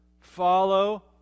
Follow